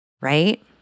right